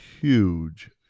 huge